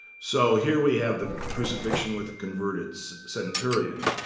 so here we have the crucifixion with a converted so centurion.